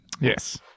Yes